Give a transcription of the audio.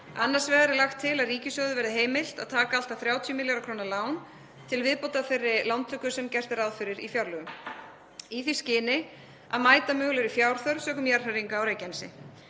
Annars vegar er lagt til að ríkissjóði verði heimilt að taka allt að 30 milljarða kr. lán til viðbótar þeirri lántöku sem gert er ráð fyrir í fjárlögum í því skyni að mæta mögulegri fjárþörf sökum jarðhræringa á Reykjanesi.